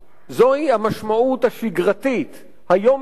זוהי המשמעות השגרתית, היומיומית,